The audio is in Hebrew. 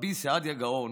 רבי סעדיה גאון